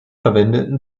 verwendeten